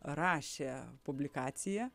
rašė publikaciją